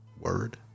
Word